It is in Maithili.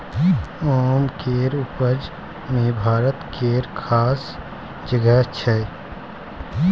आम केर उपज मे भारत केर खास जगह छै